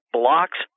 blocks